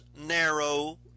narrow